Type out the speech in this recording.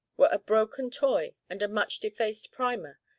were a broken toy and a much-defaced primer,